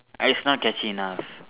I it's not catchy enough